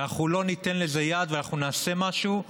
שאנחנו לא ניתן לזה יד ואנחנו נעשה משהו,